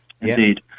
Indeed